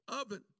oven